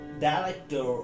director